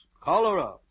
Cholera